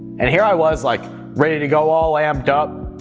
and here i was, like ready to go, all amped up.